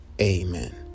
Amen